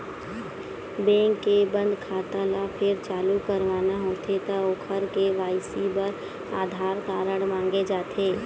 bank के बंद खाता ल फेर चालू करवाना होथे त ओखर के.वाई.सी बर आधार कारड मांगे जाथे